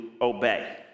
obey